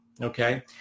okay